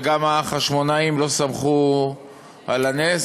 וגם החשמונאים לא סמכו על הנס,